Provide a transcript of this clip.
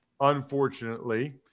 unfortunately